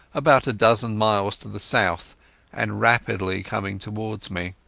about a dozen miles to the south and rapidly coming towards me.